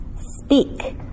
speak